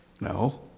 No